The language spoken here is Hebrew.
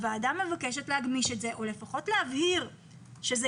הוועדה מבקשת להגמיש את או לפחות להבהיר שזה